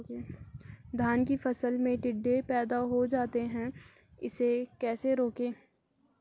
धान की फसल में टिड्डे पैदा हो जाते हैं इसे कैसे रोकें?